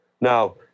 Now